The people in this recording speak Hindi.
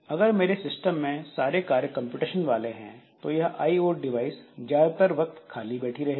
अगर मेरे सिस्टम में सारे कार्य कंप्यूटेशन वाले हैं तो यह आईओ डिवाइस ज्यादातर वक्त खाली बैठी रहेगी